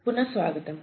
పునః స్వాగతం